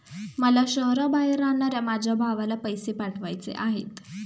मला शहराबाहेर राहणाऱ्या माझ्या भावाला पैसे पाठवायचे आहेत